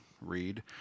read